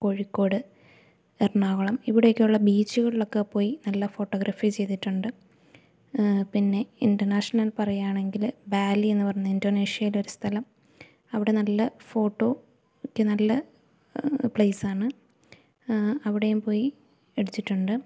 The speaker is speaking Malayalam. കോഴിക്കോട് എറണാകുളം ഇവിടെ ഒക്കെയുള്ള ബീച്ചുകളിൽ ഒക്കെ പോയി നല്ല ഫോട്ടോഗ്രാഫി ചെയ്തിട്ടുണ്ട് പിന്നെ ഇൻറ്റർനാഷണൽ പറയാണെങ്കിൽ ബാലി എന്ന് പറഞ്ഞ ഇൻറ്റോനേശ്യേൽ ഒരു സ്ഥലം അവിടെ നല്ല ഫോട്ടോ ഒക്കെ നല്ല പ്ലേസാണ് അവിടേം പോയി എടുത്തിട്ടുണ്ട്